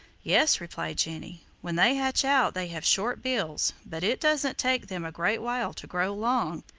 yes, replied jenny. when they hatch out they have short bills, but it doesn't take them a great while to grow long.